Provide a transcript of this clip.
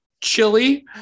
chili